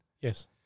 Yes